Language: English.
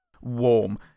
warm